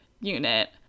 unit